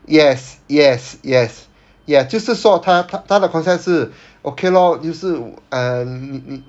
yes yes yes ya 就是说他他的 concept 是 okay lor 就是 uh 你你